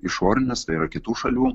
išorinius tai yra kitų šalių